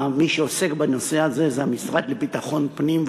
מי שעוסק בנושא הזה זה המשרד לביטחון פנים,